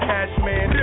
Cashman